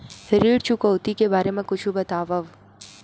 ऋण चुकौती के बारे मा कुछु बतावव?